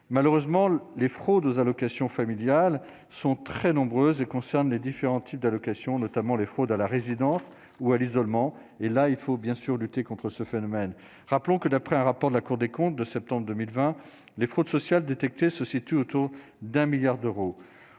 malheureusement les fraudes aux allocations familiales sont très nombreuses et concernent les différents types d'allocation, notamment les fraudes à la résidence ou à l'isolement et là il faut bien sûr lutter contre ce phénomène, rappelons que d'après un rapport de la Cour des comptes, de septembre 2020 les fraudes sociales détectées se situe autour d'un milliard d'euros